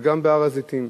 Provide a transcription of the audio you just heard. וגם בהר-הזיתים.